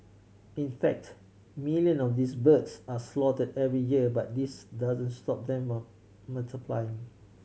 in fact million of these birds are slaughtered every year but this doesn't stop them multiplying